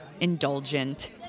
indulgent